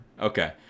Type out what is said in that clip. Okay